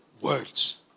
Words